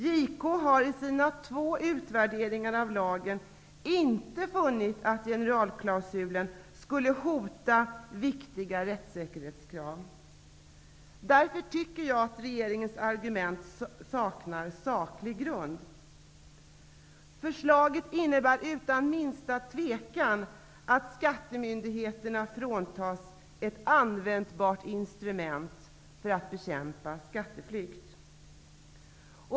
JK har i sina två utvärderingar av lagen inte funnit att generalklausulen skulle hota viktiga rättssäkerhetskrav. Därför tycker jag att regeringens argument saknar saklig grund. Förslaget innebär utan minsta tvekan att skattemyndigheterna fråntas ett användbart instrument för att bekämpa skatteflykt.